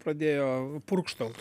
pradėjo purkštaut